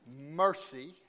mercy